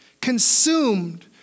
consumed